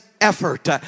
effort